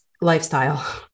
lifestyle